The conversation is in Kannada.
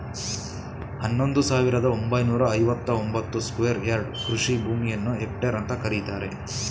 ಹನ್ನೊಂದು ಸಾವಿರದ ಒಂಬೈನೂರ ಐವತ್ತ ಒಂಬತ್ತು ಸ್ಕ್ವೇರ್ ಯಾರ್ಡ್ ಕೃಷಿ ಭೂಮಿಯನ್ನು ಹೆಕ್ಟೇರ್ ಅಂತ ಕರೀತಾರೆ